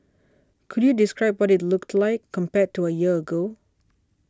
could you describe what it looked like compared to a year ago